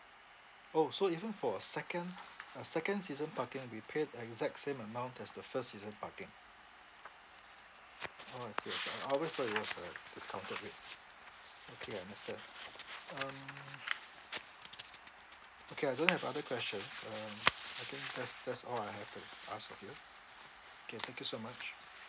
orh so even for a second uh second season parking we pay the exact same amount as the first season parking orh I see I see I I always thought it was a discounted rate okay understand um okay I don't have other question um I think that's that's all I have to ask of you K thank you so much